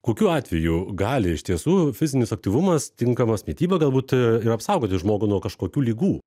kokiu atveju gali iš tiesų fizinis aktyvumas tinkamas mityba galbūt ir apsaugoti žmogų nuo kažkokių ligų